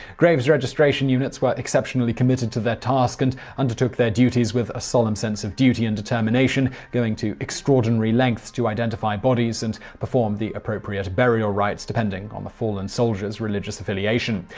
graves registration units were exceptionally committed to their task and undertook their duties with a solemn sense of duty and determination, going to extraordinary lengths to identify bodies and perform the appropriate burial rights depending on the fallen soldier's religious affiliation.